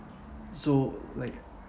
so like